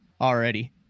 already